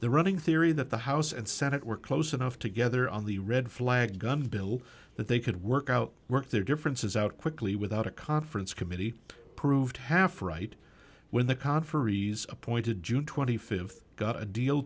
the running theory that the house and senate were close enough together on the red flag gun bill that they could work out work their differences out quickly without a conference committee approved half right when the conferees appointed june twenty fifth got a deal